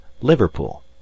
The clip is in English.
Liverpool